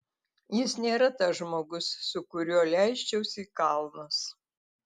jis nėra tas žmogus su kuriuo leisčiausi į kalnus